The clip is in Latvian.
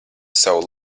savu